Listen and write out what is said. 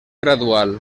gradual